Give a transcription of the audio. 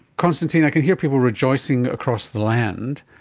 constantine, i can hear people rejoicing across the land.